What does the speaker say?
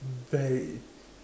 mm very